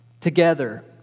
together